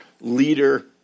leader